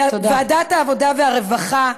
לוועדת העבודה הרווחה,